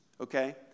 Okay